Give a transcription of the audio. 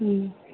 ꯎꯝ